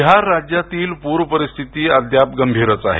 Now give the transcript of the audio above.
बिहार राज्यातील पूर स्थिती अद्याप गंभीरचआहे